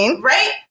right